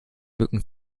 mücken